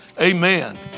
Amen